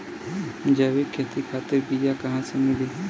जैविक खेती खातिर बीया कहाँसे मिली?